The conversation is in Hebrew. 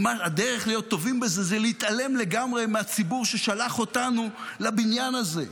הדרך להיות טובים בזה היא להתעלם לגמרי מהציבור ששלח אותנו לבניין הזה.